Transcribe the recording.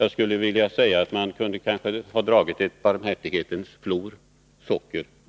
Jag skulle vilja säga att man kanske kunde ha dragit ett barmhärtighetens flor över detta.